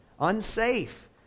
unsafe